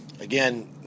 Again